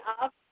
up